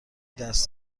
دست